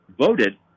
voted